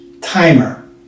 timer